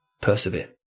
persevere